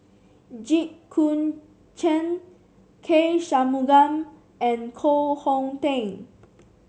Jit Koon Ch'ng K Shanmugam and Koh Hong Teng